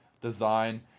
design